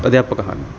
ਅਧਿਆਪਕ ਹਨ